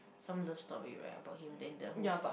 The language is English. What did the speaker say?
some love story right about him then the whole story